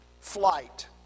flight